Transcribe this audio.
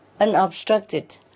unobstructed